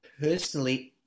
personally